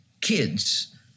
kids